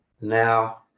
now